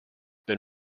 been